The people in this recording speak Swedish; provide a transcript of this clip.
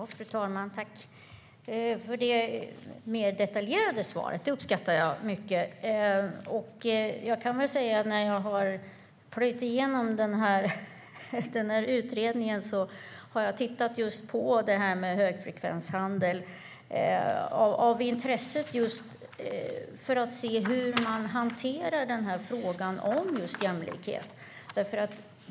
Fru talman! Tack, statsrådet, för det mer detaljerade svaret! Det uppskattar jag mycket. När jag har plöjt igenom den här utredningen har jag tittat just på högfrekvenshandeln. Det har jag gjort för att se hur frågan om jämlikhet hanteras.